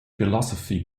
philosophy